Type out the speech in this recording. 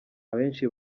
abenshi